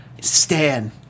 Stan